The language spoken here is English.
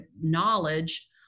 knowledge